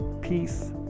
peace